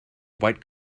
white